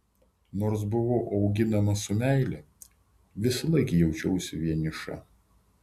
nors buvau auginama su meile visąlaik jaučiausi vieniša